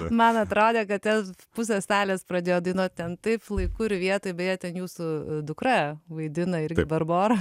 mano atradodė kad ten pusė salės pradėjo dainuot ten taip laiku ir vietoj beje ten jūsų dukra vaidina irgi barborą